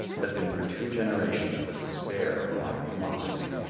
has been for two generations the despair of modern democracy.